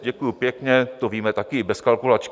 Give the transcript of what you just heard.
Děkuju pěkně, to víme taky i bez kalkulačky.